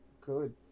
good